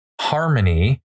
harmony